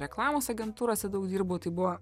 reklamos agentūrose daug dirbau tai buvo